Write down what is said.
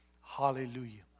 Hallelujah